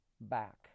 back